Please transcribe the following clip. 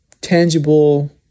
tangible